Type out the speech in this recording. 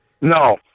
No